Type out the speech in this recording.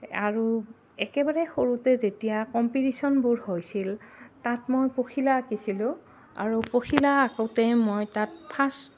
আৰু একেবাৰে সৰুতে যেতিয়া কম্পিটিশ্যনবোৰ হৈছিল তাত মই পখিলা আঁকিছিলোঁ আৰু পখিলা আঁকোতে মই তাত ফাৰ্ষ্ট